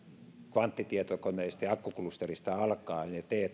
kvanttitietokoneista akkuklusterista ja